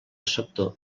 sector